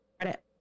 credit